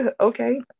Okay